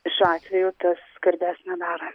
šiuo atveju tas garbės nedaro